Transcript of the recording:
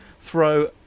throw